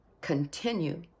Continue